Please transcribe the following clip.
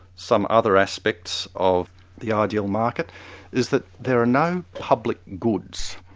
some other aspects of the ideal market is that there are no public goods.